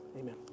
Amen